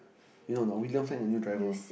you know or not William signed a new driver